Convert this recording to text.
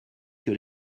que